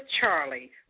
Charlie